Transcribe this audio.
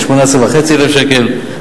18,500 שקל,